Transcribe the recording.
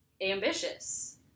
ambitious